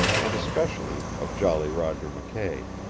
and especially of jolly roger mckay.